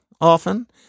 often